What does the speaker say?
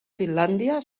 finlàndia